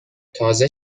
تازه